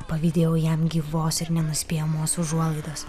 pavydėjau jam gyvos ir nenuspėjamos užuolaidos